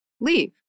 leave